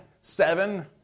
seven